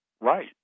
right